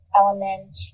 element